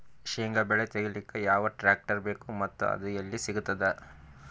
ಶೇಂಗಾ ಬೆಳೆ ತೆಗಿಲಿಕ್ ಯಾವ ಟ್ಟ್ರ್ಯಾಕ್ಟರ್ ಬೇಕು ಮತ್ತ ಅದು ಎಲ್ಲಿ ಸಿಗತದ?